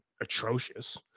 atrocious